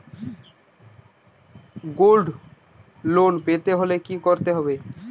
Gold loan পেতে হলে কি করতে হবে?